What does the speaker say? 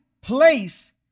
place